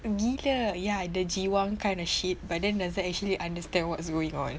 gila ya the jiwang kind of shit but then doesn't actually understand what's going on